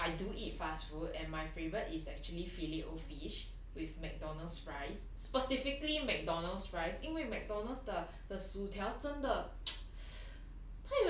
I mean I do eat fast food and my favourite is actually filet O fish with McDonald's fries specifically McDonald's fries 因为 McDonald's 的的薯条真的